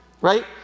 right